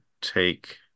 take